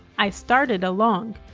i started along.